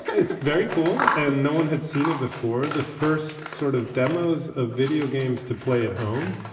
it's very cool. and no one had seen it before. the first sort of demos of video games to play at home.